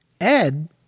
Ed